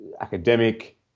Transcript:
academic